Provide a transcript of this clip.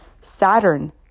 Saturn